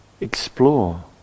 explore